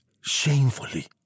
shamefully